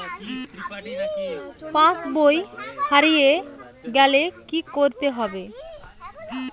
পাশবই হারিয়ে গেলে কি করতে হবে?